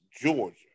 Georgia